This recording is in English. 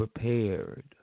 prepared